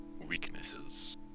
weaknesses